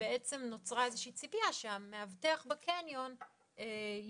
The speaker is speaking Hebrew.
שבעצם נוצרה איזושהי ציפייה שהמאבטח בקניון יבין,